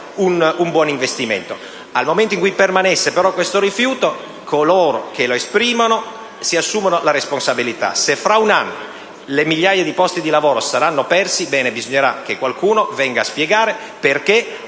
Nel momento in cui rimanesse questo rifiuto, coloro che lo esprimono se ne assumono la responsabilità: se fra un anno queste migliaia di posti di lavoro saranno persi, bisognerà che qualcuno venga a spiegare perché